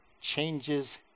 changes